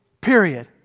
Period